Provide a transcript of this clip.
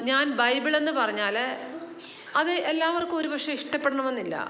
ഞാൻ ബൈബിൾ എന്ന് പറഞ്ഞാൽ അത് എല്ലാവർക്കും ഒരുപക്ഷേ ഇഷ്ടപ്പെടണമെന്നില്ല